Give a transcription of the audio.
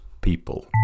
people